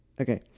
Okay